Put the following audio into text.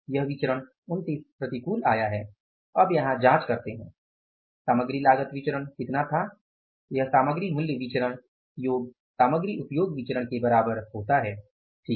यह विचरण 29 प्रतिकूल आया है अब यहां जाँच करते है सामग्री लागत विचरण कितना था यह सामग्री मूल्य विचरण योग सामग्री उपयोग विचरण के बराबर होता है ठीक है